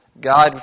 God